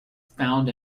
found